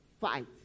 Fight